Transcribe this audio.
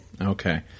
Okay